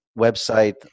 website